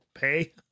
pay